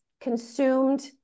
consumed